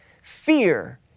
fear